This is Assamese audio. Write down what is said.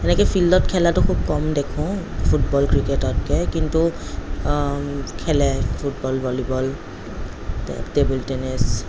এনেকৈ ফিল্ডত খেলাটো খুব কম দেখোঁ ফুটবল ক্ৰিকেটতকৈ কিন্তু খেলে ফুটবল ভলীবল টে টেবল টেনিছ